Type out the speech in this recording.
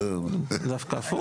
דווקא הפוך.